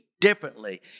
differently